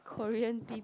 Korean B_B_Q